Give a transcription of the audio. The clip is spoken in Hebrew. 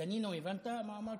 דנינו, הבנת מה אמרתי?